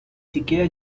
siquiera